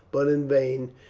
but in vain,